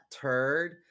turd